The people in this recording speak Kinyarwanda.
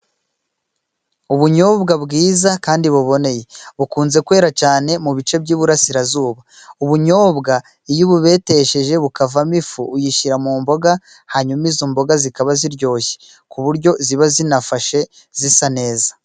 Ubunyobwa bwiza kandi buboneye bukunze kwera cyane mu bice by'iburasirazuba. Ubunyobwa iyo ububetesheje bukavamo ifu uyishyira mu mboga, hanyuma izo mboga zikaba ziryoshye ku buryo ziba zinafashe zisa neza.